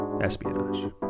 Espionage